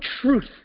truth